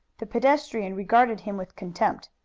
the pedestrian regarded him with contempt.